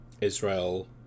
Israel